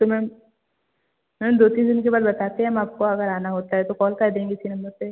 तो ma'am ma'am दो तीन दिन के बाद बताते हम आपको अगर आना होता है तो कॉल कर देंगे इसी नंबर पे